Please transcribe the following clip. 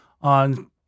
on